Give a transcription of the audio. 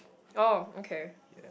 oh okay